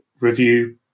review